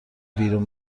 بیرون